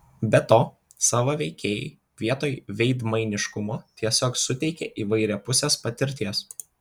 be to savo veikėjai vietoj veidmainiškumo tiesiog suteikia įvairiapusės patirties